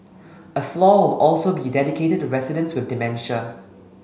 a floor will also be dedicated to residents with dementia